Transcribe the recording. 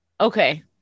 Okay